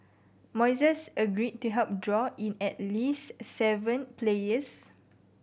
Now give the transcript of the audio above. moises agreed to help draw in at least seven players